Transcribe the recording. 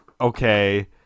okay